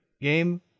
game